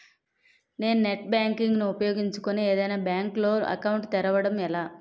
నేను net banking ను ఉపయోగించుకుని ఏదైనా బ్యాంక్ లో అకౌంట్ తెరవడం ఎలా?